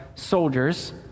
Soldiers